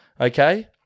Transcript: okay